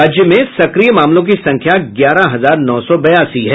राज्य में सक्रिय मामलों की संख्या ग्यारह हजार नौ सौ बयासी है